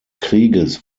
krieges